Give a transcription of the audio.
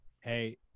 Hey